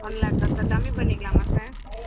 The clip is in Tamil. ஒன் லேக்கா சார் கம்மி பண்ணிக்கலாமா சார்